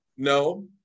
no